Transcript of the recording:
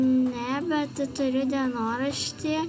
ne bet turiu dienoraštį